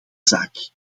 zaak